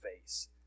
face